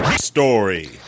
story